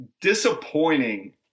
disappointing